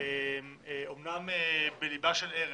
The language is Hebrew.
אמנם בליבה של ארץ.